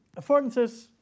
affordances